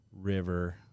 river